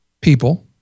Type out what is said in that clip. people